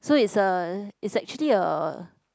so it's a it's actually a